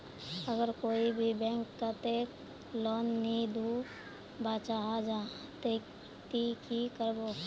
अगर कोई भी बैंक कतेक लोन नी दूध बा चाँ जाहा ते ती की करबो?